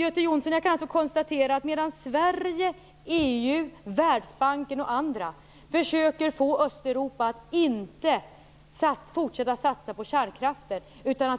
Medan bl.a. Sverige, EU och Världsbanken försöker få Östeuropa att inte fortsätta att satsa på kärnkraften utan